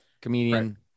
comedian